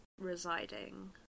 residing